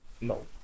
No